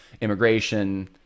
immigration